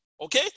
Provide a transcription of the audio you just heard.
okay